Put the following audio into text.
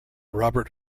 robert